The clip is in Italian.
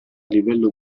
livello